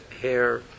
hair